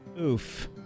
Oof